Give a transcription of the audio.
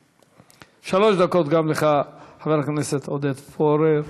שלוש דקות גם לך, חבר הכנסת עודד פורר.